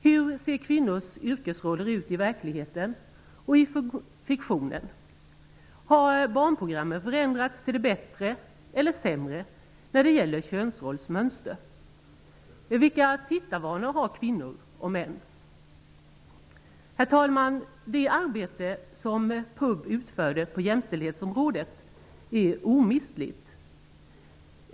Hur ser kvinnors yrkesroller ut i verkligheten och i fiktionen? Har barnprogrammen förändrats till det bättre eller sämre när det gäller könsrollsmönster? Vilka tittarvanor har kvinnor och män? Herr talman! Det arbete som PUB utförde på jämställdhetsområdet är omistligt.